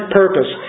purpose